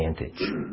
advantage